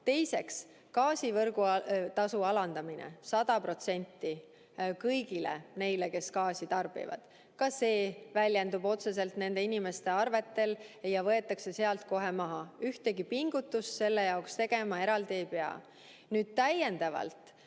Teiseks, gaasi võrgutasu alandamine 100% kõigile neile, kes gaasi tarbivad. Ka see väljendub otseselt nende inimeste arvetel ja võetakse sealt kohe maha. Ühtegi pingutust selle jaoks tegema eraldi ei pea. Nüüd, täiendavalt